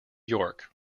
york